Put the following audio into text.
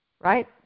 right